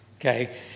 Okay